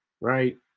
Right